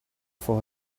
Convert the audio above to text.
for